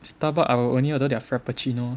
Starbuck I will only order their frappuccino